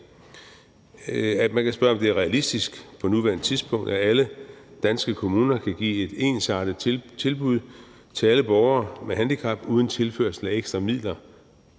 Man kan spørge, om det er realistisk på nuværende tidspunkt, at alle danske kommuner kan give et ensartet tilbud til alle borgere med handicap uden tilførsel af ekstra midler.